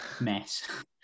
mess